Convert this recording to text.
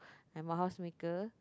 I'm a house maker